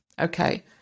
okay